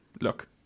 Look